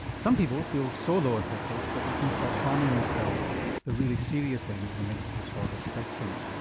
some people feel so low and hopeless that they think about harming themselves. it's the really serious end of the mental disorders spectrum.